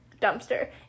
dumpster